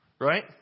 Right